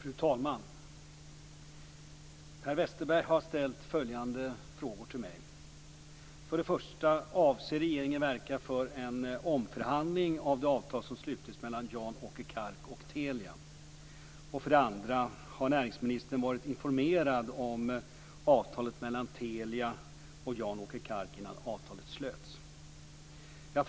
Fru talman! Per Westerberg har ställt följande frågor till mig. 2. Har näringsministern varit informerad om avtalet mellan Telia och Jan-Åke Kark innan avtalet slöts?